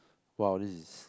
!wah! this is